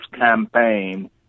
campaign